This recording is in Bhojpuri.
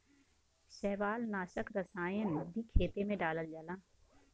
शैवालनाशक रसायन भी खेते में डालल जाला